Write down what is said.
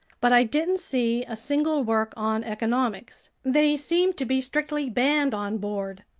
but i didn't see a single work on economics they seemed to be strictly banned on board.